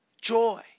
joy